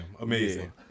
Amazing